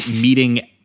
meeting